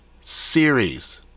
series